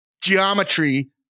geometry